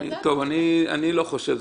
אני לא חושב כך.